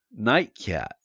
Nightcat